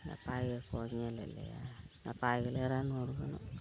ᱱᱟᱯᱟᱭ ᱜᱮᱠᱚ ᱧᱮᱞ ᱮᱫ ᱞᱮᱭᱟ ᱱᱟᱯᱟᱭ ᱜᱮᱞᱮ ᱨᱟᱱ ᱢᱩᱨᱜᱟᱹᱱᱚᱜ ᱠᱟᱱᱟ